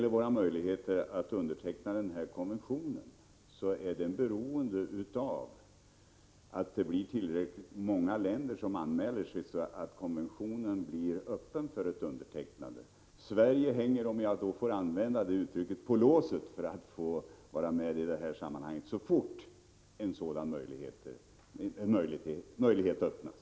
Våra möjligheter att underteckna konventionen är beroende av att tillräckligt många länder anmäler sig, så att konventionen blir öppen för ett undertecknande. Sverige hänger på låset — om jag får använda det uttrycket — för att få vara med i sammanhanget så fort möjlighet öppnas.